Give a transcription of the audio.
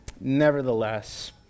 Nevertheless